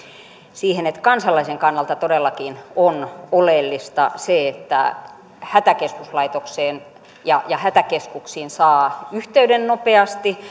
siihen että kansalaisen kannalta todellakin on oleellista se että hätäkeskuslaitokseen ja ja hätäkeskuksiin saa yhteyden nopeasti